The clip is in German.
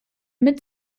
mit